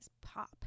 pop